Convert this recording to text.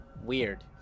Weird